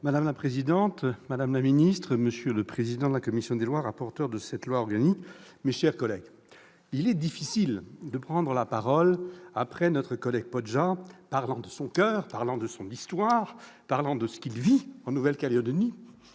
Madame la présidente, madame la ministre, monsieur le président de la commission des lois, rapporteur de ce projet de loi organique, mes chers collègues, il est difficile de prendre la parole après Gérard Poadja, qui a parlé avec son coeur de son histoire, de ce qu'il vit en Nouvelle-Calédonie.